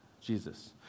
Jesus